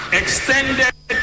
extended